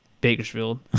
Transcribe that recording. bakersfield